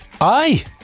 aye